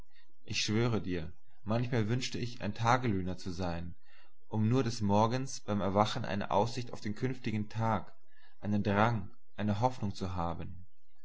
ich schwöre dir manchmal wünschte ich ein tagelöhner zu sein um nur des morgens beim erwachen eine aussicht auf den künftigen tag einen drang eine hoffnung zu haben